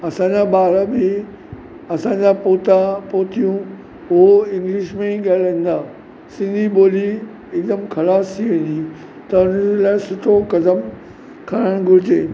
असांजा ॿार बि असांजा पोटा पोटियूं पोइ इंग्लिश में ई ॻाल्हाईंदा सिंधी ॿोली हिकदमि ख़लासि थी वेंदी त हिन लाइ सुठो क़दम खणणु घुरिजे